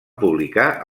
publicar